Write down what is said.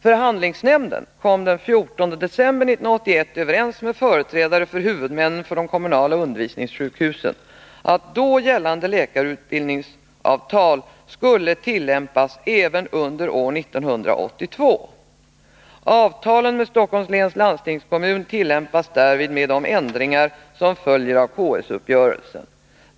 Förhandlingsnämnden kom den 14 december 1981 överens med företrädare för huvudmännen för de kommunala undervisningssjukhusen att då gällande läkarutbildningsavtal skulle tillämpas även under år 1982. Avtalen med Stockholms läns landstingskommun tillämpas därvid med de ändringar som följer av KS-uppgörelsen.